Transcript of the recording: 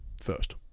first